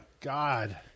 God